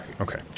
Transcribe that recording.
Okay